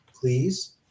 please